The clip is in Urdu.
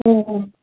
او ہو